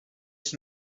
ich